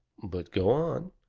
but go on.